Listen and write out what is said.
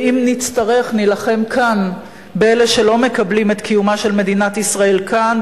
ואם נצטרך נילחם באלה שלא מקבלים את קיומה של מדינת ישראל כאן,